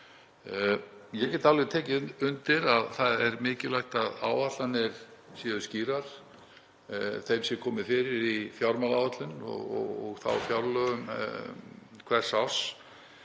Ég get alveg tekið undir að það er mikilvægt að áætlanir séu skýrar, þeim sé komið fyrir í fjármálaáætlun og fjárlögum hvers árs.